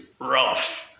rough